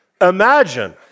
Imagine